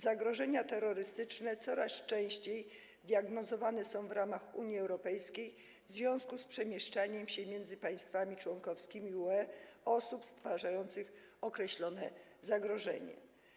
Zagrożenia terrorystyczne coraz częściej diagnozowane są w ramach Unii Europejskiej w związku z przemieszczaniem się między państwami członkowskimi UE osób stwarzających określone zagrożenie.